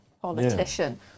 politician